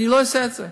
אני לא אעשה את זה,